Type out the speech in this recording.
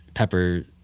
Pepper